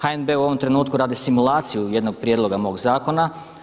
HNB u ovom trenutku radi simulaciju jednog prijedloga mog zakona.